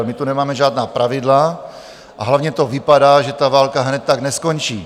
My tu nemáme žádná pravidla, a hlavně to vypadá, že ta válka hned tak neskončí.